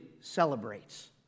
celebrates